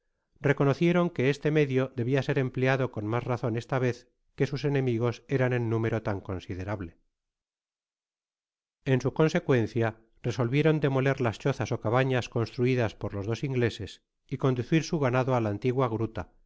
reconocieron que este medio debia ser empleado con mas razon esta vez que sus enemigos eran en número tan considerable en su consecuencia resolvieron demoler las chozas ó cabanas construidas por los dos ingleses y conducir su ganado á la antigua gruta